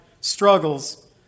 struggles